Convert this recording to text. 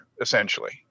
essentially